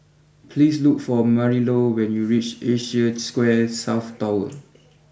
please look for Marilou when you reach Asia Square South Tower